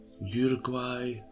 Uruguay